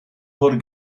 wurde